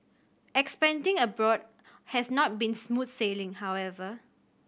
expanding abroad has not been smooth sailing however